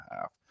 half